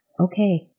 Okay